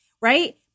right